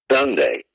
Sunday